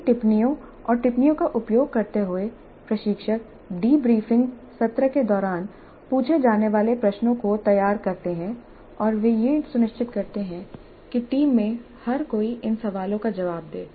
इन टिप्पणियों और टिप्पणियों का उपयोग करते हुए प्रशिक्षक डीब्रीफिंग सत्र के दौरान पूछे जाने वाले प्रश्नों को तैयार करते हैं और वे यह सुनिश्चित करते हैं कि टीम में हर कोई इन सवालों का जवाब दे